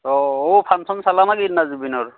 অঁ অ' ফাংচন চালানে কি সেইদিনা জুবিনৰ